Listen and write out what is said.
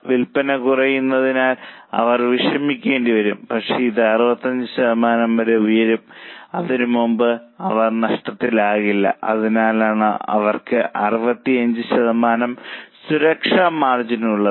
വിൽപ്പന കുറയുന്നതിനാൽ അവർ വിഷമിക്കേണ്ടിവരും പക്ഷേ ഇത് 65 ശതമാനം വരെ ഉയരും അതിനുമുമ്പ് അവർ നഷ്ടത്തിലാകില്ല അതിനാലാണ് അവർക്ക് 65 ശതമാനം സുരക്ഷാ മാർജിൻ ഉള്ളത്